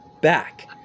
back